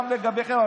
גם לגביכם,